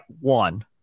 one